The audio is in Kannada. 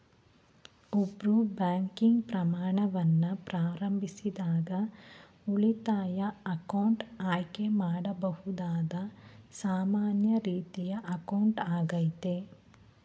ಒಬ್ರು ಬ್ಯಾಂಕಿಂಗ್ ಪ್ರಯಾಣವನ್ನ ಪ್ರಾರಂಭಿಸಿದಾಗ ಉಳಿತಾಯ ಅಕೌಂಟ್ ಆಯ್ಕೆ ಮಾಡಬಹುದಾದ ಸಾಮಾನ್ಯ ರೀತಿಯ ಅಕೌಂಟ್ ಆಗೈತೆ